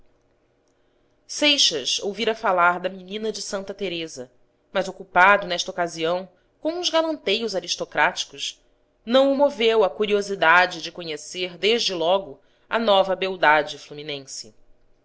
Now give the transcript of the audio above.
seixas ouvira falar da menina de santa teresa mas ocupado nesta ocasião com uns galanteios aristocráticos não o moveu a curiosidade de conhecer desde logo a nova beldade fluminense